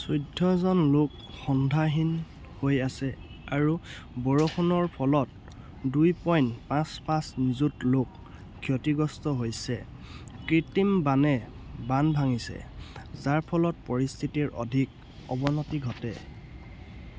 চৈধ্যজন লোক সন্ধানহীন হৈ আছে আৰু বৰষুণৰ ফলত দুই পইণ্ট পাঁচ পাঁচ নিযুত লোক ক্ষতিগ্ৰস্ত হৈছে কৃত্ৰিম বানে বান্ধ ভাঙিছে যাৰ ফলত পৰিস্থিতিৰ অধিক অৱনতি ঘটে